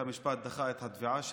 בית המשפט דחה את התביעה שלנו,